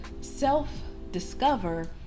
self-discover